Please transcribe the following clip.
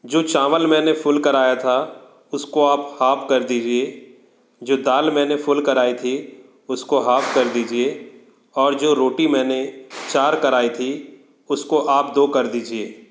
जो चावल मैंने फुल कराया था उसको आप हाफ़ कर दीजिए जो दाल मैंने फूल कराई थी उसको हाफ़ कर दीजिए और जो रोटी मैंने चार कराई थी उसको आप दो कर दीजिए